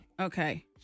Okay